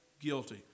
guilty